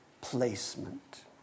placement